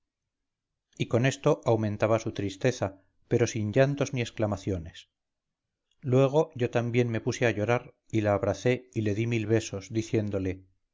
y con esto aumentaba su tristeza pero sin llantos ni exclamaciones luego yo también me puse a llorar y la abracé y le di mil besos diciéndole